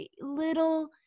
Little